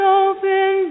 open